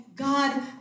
God